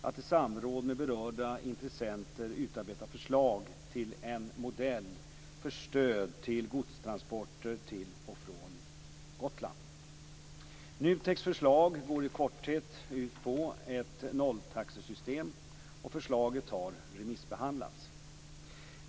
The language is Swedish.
TEK:s förslag går i korthet ut på ett nolltaxesystem. Förslaget har remissbehandlats.